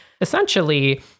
essentially